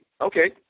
okay